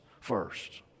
first